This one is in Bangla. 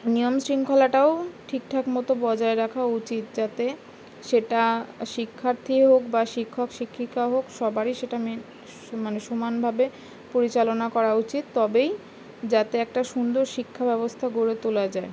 নিয়ম শৃঙ্খলাটাও ঠিকঠাক মতো বজায় রাখা উচিত যাতে সেটা শিক্ষার্থী হোক বা শিক্ষক শিক্ষিকা হোক সবারই সেটা মেন মানে সমানভাবে পরিচালনা করা উচিত তবেই যাতে একটা সুন্দর শিক্ষাব্যবস্থা গড়ে তোলা যায়